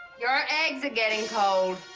your eggs are getting cold.